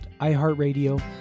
iHeartRadio